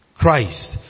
Christ